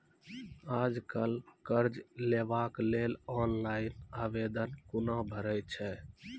आज कल कर्ज लेवाक लेल ऑनलाइन आवेदन कूना भरै छै?